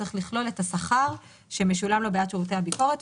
צריך לכלול את השכר שמשולם לו בעד שירותי ביקורת,